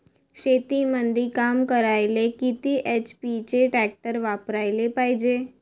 शेतीमंदी काम करायले किती एच.पी चे ट्रॅक्टर वापरायले पायजे?